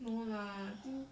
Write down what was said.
no lah I think